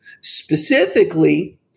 specifically